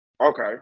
Okay